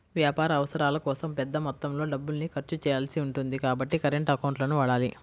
వ్యాపార అవసరాల కోసం పెద్ద మొత్తంలో డబ్బుల్ని ఖర్చు చేయాల్సి ఉంటుంది కాబట్టి కరెంట్ అకౌంట్లను వాడాలి